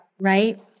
Right